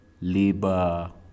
labor